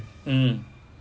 mm